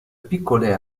piccole